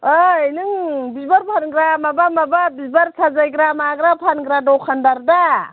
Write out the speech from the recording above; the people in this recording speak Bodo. औइ नों बिबार फानग्रा माबा माबा बिबार साजायग्रा माग्रा फानग्रा दखानदार दा